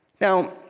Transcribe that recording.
Now